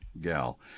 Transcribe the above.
gal